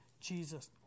Jesus